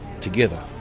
together